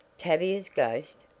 tavia's ghost?